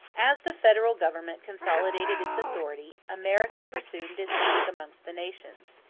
as the federal government consolidated its authority, america resumed its rank amongst the nations,